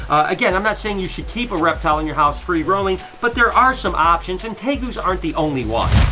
again i'm not saying you should keep a reptile in your house free roaming, but there are some options, and tegus aren't the only one.